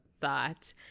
thought